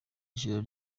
ijoro